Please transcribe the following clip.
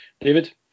David